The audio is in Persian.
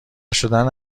شدن